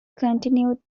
continued